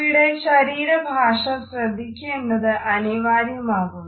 ഇവിടെ ശരീരഭാഷ ശ്രദ്ധിക്കേണ്ടതും അനിവാര്യമാകുന്നു